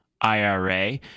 IRA